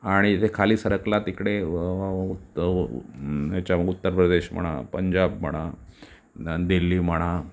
आणि इथे खाली सरकलात इकडे त ह्याच्या उ उत्तर प्रदेश म्हणा पंजाब म्हणा न दिल्ली म्हणा